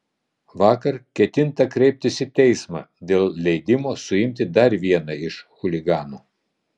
vakar ketinta kreiptis į teismą dėl leidimo suimti dar vieną iš chuliganų